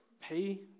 pay